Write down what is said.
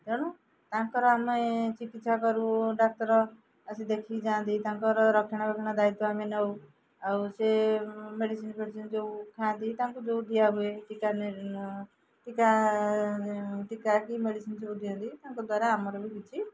ତେଣୁ ତାଙ୍କର ଆମେ ଚିକିତ୍ସା କରୁ ଡାକ୍ତର ଆସି ଦେଖିକି ଯାଆନ୍ତି ତାଙ୍କର ରକ୍ଷଣାବେକ୍ଷଣ ଦାୟିତ୍ୱ ଆମେ ନଉ ଆଉ ସେ ମେଡ଼ିସିନ୍ ଫେଡ଼ିସିନ୍ ସବୁ ଖାଆନ୍ତି ତାଙ୍କୁ ଯେଉଁ ଦିଆହୁୁଏ ଟୀକା ଟୀକା ଟୀକା କି ମେଡ଼ିସିନ୍ ସବୁ ଦିଅନ୍ତି ତାଙ୍କ ଦ୍ୱାରା ଆମର ବି କିଛି